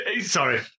Sorry